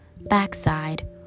backside